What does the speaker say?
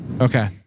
Okay